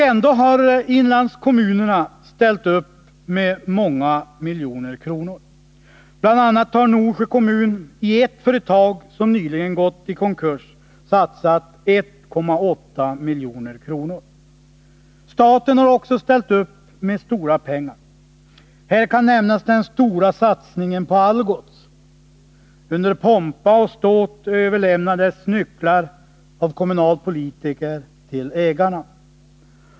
Ändå har inlandskommunerna ställt upp med många miljoner kronor. BI. a. har Norsjö kommun i ett företag, som nyligen gått i konkurs, satsat 1,8 milj.kr. Staten har också ställt upp med stora pengar. Här kan nämnas den stora satsningen på Algots. Under pompa och ståt överlämnade kommunalpolitiker nycklarna till ägarna.